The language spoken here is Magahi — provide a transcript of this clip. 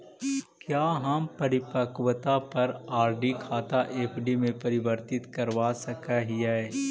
क्या हम परिपक्वता पर आर.डी खाता एफ.डी में परिवर्तित करवा सकअ हियई